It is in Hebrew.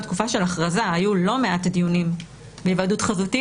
בתקופה של הכרזה שלמרות שהיו לא מעט דיונים בהיוועדות חזותית,